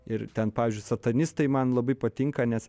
ir ten pavyzdžiui satanistai man labai patinka nes